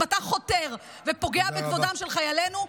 אם אתה חותר ופוגע בכבודם של חיילינו,